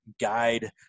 guide